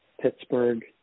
Pittsburgh